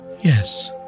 Yes